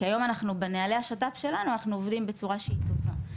כי היום אנחנו בנהלי השת"פ שלנו אנחנו עובדים בצורה שהיא טובה.